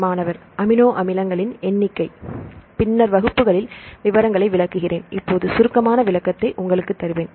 மாணவர்அமினோஅமிலங்களின் எண்ணிக்கை பின்னர் வகுப்புகளில் விவரங்களை விளக்குகிறேன் இப்போது சுருக்கமான விளக்கத்தை உங்களுக்கு தருவேன்